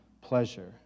pleasure